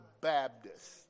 Baptist